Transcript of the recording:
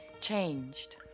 Changed